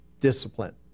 discipline